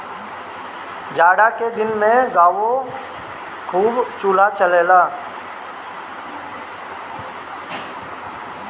जाड़ा के दिन में गांवे खूब कोल्हू चलेला